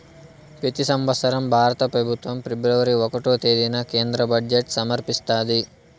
పెతి సంవత్సరం భారత పెబుత్వం ఫిబ్రవరి ఒకటో తేదీన కేంద్ర బడ్జెట్ సమర్పిస్తాది